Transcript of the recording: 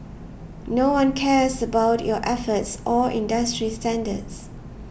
no one cares about your efforts or industry standards